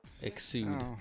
exude